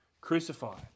crucified